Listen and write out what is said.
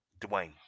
Dwayne